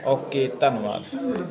okay ਧੰਨਵਾਦ